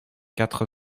quatre